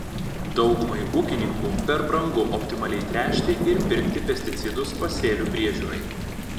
daugumai ūkininkų per brangu optimaliai tręšti ir pirkti pesticidus pasėlių priežiūrai